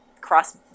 cross